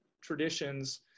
traditions